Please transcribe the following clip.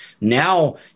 now